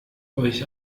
euch